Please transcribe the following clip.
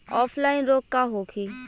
Offline रोग का होखे?